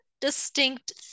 distinct